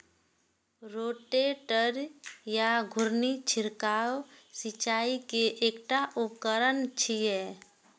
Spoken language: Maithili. रोटेटर या घुर्णी छिड़काव सिंचाइ के एकटा उपकरण छियै